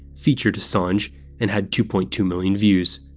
featured assange and had two point two million views.